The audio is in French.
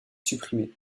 supprimé